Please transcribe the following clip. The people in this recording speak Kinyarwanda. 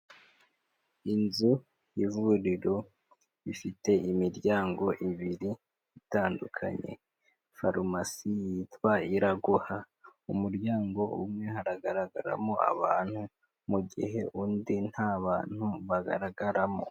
Inzu y'ivuriro ifite imiryango ibiri itandukanye. Farumasi yitwa Iraguha, umuryango umwe haragaragamo abantu mu gihe undi nta bantu bagaragaramo.